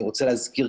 אני רוצה להזכיר,